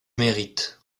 mérite